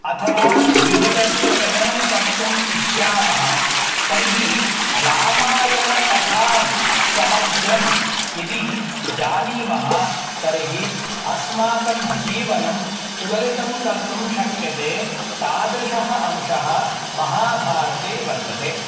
अथवा विषयस्य चयनं कर्तुम् इष्यामः तर्हि रामायणकथां समग्रं यदि जानीमः तर्हि अस्माकं जीवनं सुललितं कर्तुं शक्यते तादृशः अंशः महाभारते वर्तते